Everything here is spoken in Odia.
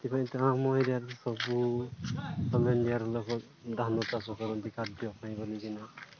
ସେଥିପାଇଁ ତ ଆମ ଏରିୟାରେ ସବୁ ଅଲ୍ ଇଣ୍ଡିଆର ଲୋକ ଧାନ ଚାଷ କରନ୍ତି ଖାଦ୍ୟ ପାଇଁ ବୋଲି ସିନା